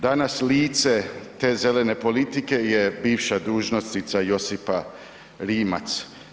Danas lice te zelene politika je bivša dužnosnica Josipa Rimac.